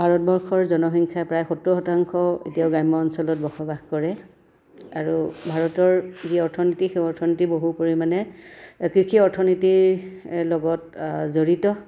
ভাৰতবৰ্ষৰ জনসংখ্যাৰ প্ৰায় সত্তৰ শতাংশ এতিয়াও গ্ৰাম্য অঞ্চলত বসবাস কৰে আৰু ভাৰতৰ যি অৰ্থনীতি সেই অৰ্থনীতি বহু পৰিমাণে কৃষি অৰ্থনীতিৰ লগত জড়িত